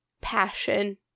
passion